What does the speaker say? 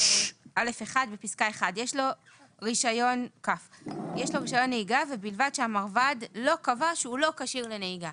יש לו רישיון נהיגה ובלבד שהמרב"ד לא קבע שהוא לא כשיר לנהיגה.